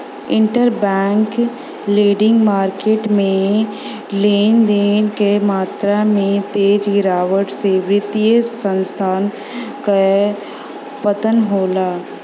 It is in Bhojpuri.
इंटरबैंक लेंडिंग मार्केट में लेन देन क मात्रा में तेज गिरावट से वित्तीय संस्थान क पतन होला